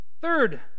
Third